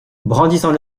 brandissant